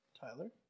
Tyler